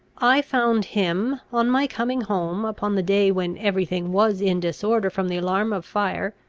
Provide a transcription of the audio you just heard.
i found him, on my coming home, upon the day when every thing was in disorder from the alarm of fire,